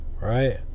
right